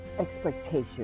expectations